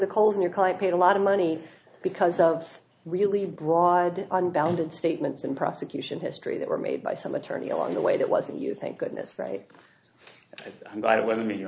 the coals in your client paid a lot of money because of really broad unbounded statements and prosecution history that were made by some attorney along the way that wasn't you thank goodness right i'm glad it wasn't me